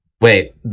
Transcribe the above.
wait